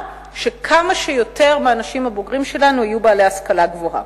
שכמה שיותר מהאנשים הבוגרים שלנו יהיו בעלי השכלה גבוהה.